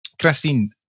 Christine